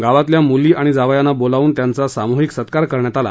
गावातील मुली आणि जावयांना बोलावून त्यांचा सामूहिक सत्कार करण्यात आला